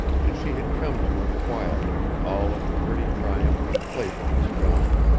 and she had come to him quietly, all of the pretty triumph and playfulness gone,